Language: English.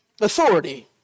authority